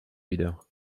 wieder